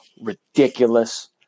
ridiculous